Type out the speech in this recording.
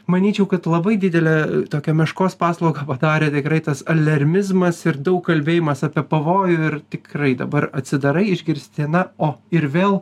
manyčiau kad labai didelę tokią meškos paslaugą padarė tikrai tas alermizma ir daug kalbėjimas apie pavojų ir tikrai dabar atsidarai išgirsti na o ir vėl